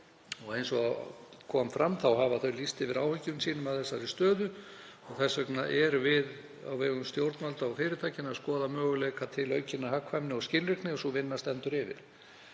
og eins og fram kom þá hafa þau lýst yfir áhyggjum sínum af þessari stöðu. Þess vegna erum við á vegum stjórnvalda og fyrirtækjanna að skoða möguleika til aukinnar hagkvæmni og skilvirkni og sú vinna stendur yfir.